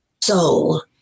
soul